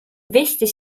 wichtig